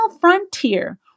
frontier